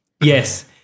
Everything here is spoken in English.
Yes